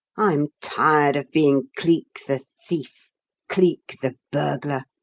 i'm tired of being cleek, the thief cleek, the burglar.